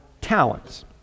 talents